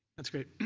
that's great.